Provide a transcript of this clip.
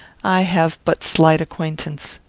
i have but slight acquaintance.